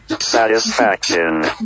satisfaction